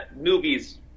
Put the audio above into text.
movies